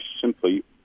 simply